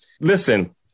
Listen